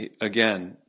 Again